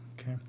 Okay